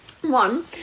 One